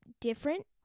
different